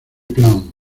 plan